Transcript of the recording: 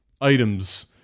items